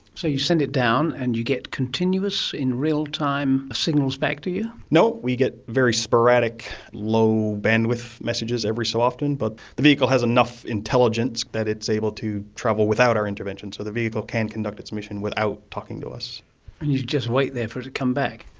so you send it down and you get continuous in real-time signals back, do you? no, we get very sporadic, low bandwidth messages every so often. but the vehicle has enough intelligence that it's able to travel without our intervention, so the vehicle can conduct its mission without talking to us. and you just wait there for it to come back.